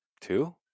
two